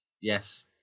Yes